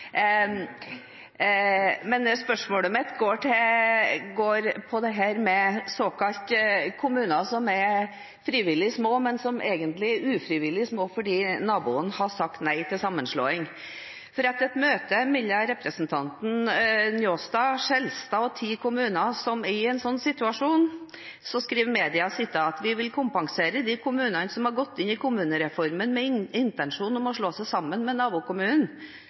men som egentlig er ufrivillig små fordi naboen har sagt nei til sammenslåing. Fra et møte mellom representantene Njåstad og Skjelstad og ti kommuner som er i en sånn situasjon, skriver media: «Vi vil kompensere dei kommunane som har gått inn i kommunereformen med ein intensjon om å slå seg saman med nabokommunen.»